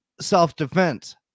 self-defense